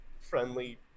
friendly